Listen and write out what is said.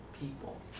people